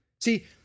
See